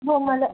हो मला